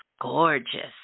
gorgeous